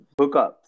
hookups